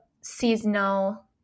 seasonal